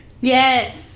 Yes